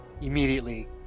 immediately